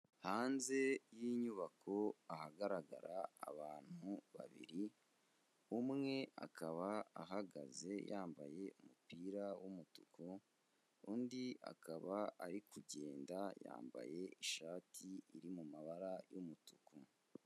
Hanze y'inyubako ahagaragara abantu babiri, umwe akaba ahagaze yambaye umupira w'umutuku, undi akaba ari kugenda yambaye ishati iri mu mabara y'umutuku.